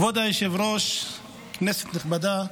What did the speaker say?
כבוד היושב-ראש, כנסת נכבדה,